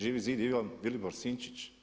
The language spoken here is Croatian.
Živi zid Ivan Vilibor Sinčić?